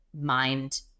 mind